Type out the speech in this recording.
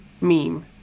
meme